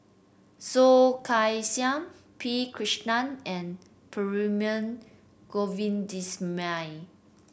Soh Kay Siang P Krishnan and Perumal Govindaswamy